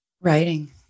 Writing